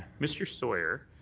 mr. sawyer,